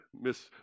Miss